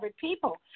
people